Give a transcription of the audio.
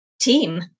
team